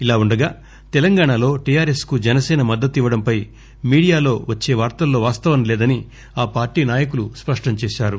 ఇలా ఉండగా తెలంగాణా లో టిఆర్ఎస్ కు జనసేన మద్దతు ఇవ్వడం పై మీడియా లో వచ్చే వార్తల్లో వాస్తవం లేదని ఆ పార్టీ నాయకులు స్పష్టం చేశారు